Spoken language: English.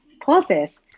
process